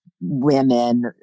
women